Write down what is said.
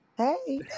Hey